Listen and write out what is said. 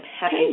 happy